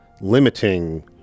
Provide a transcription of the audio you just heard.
limiting